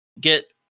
get